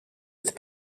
with